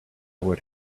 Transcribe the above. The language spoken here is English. would